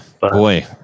boy